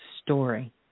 story